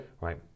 right